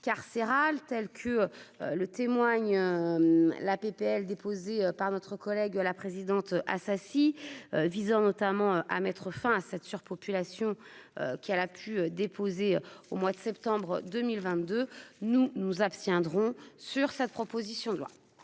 carcérale, tels que le témoigne la PPL déposée par notre collègue la présidente Assassi visant notamment à mettre fin à cette surpopulation qui elle a pu déposer au mois de septembre 2022, nous nous abstiendrons sur sa proposition de loi.